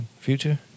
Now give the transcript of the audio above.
Future